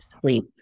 sleep